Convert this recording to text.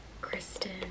Kristen